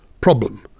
problem